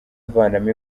avanamo